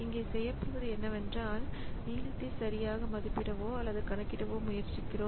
இங்கே செய்யப்படுவது என்னவென்றால் நீளத்தை சரியாக மதிப்பிடவோ அல்லது கணிக்கவோ முயற்சிக்கிறோம்